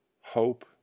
hope